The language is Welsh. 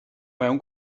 mewn